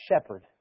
shepherd